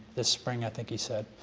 this spring i think he said.